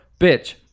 Bitch